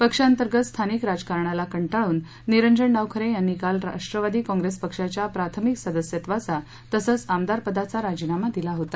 पक्षांतर्गत स्थानिक राजकारणाला कंटाळून निरंजन डावखरे यांनी काल राष्ट्रवादी काँप्रेस पक्षाच्या प्राथमिक सदस्यत्वाचा तसंच आमदार पदाचा राजीनामा दिला होता